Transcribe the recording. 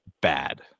bad